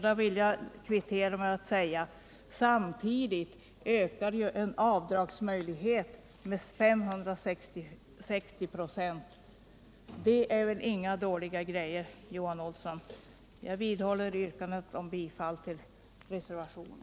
Då vill jag kvittera det med att säga att samtidigt ökar ju en avdragsmöjlighet med 560 96. Det är väl inga dåliga grejor, Johan Olsson! Herr talman! Jag vidhåller mitt yrkande om bifall till reservationen.